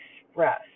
express